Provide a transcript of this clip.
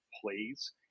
plays